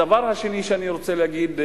הדבר השני שאני רוצה להגיד,